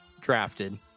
drafted